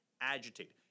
agitated